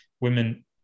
women